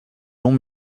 long